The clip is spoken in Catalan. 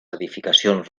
edificacions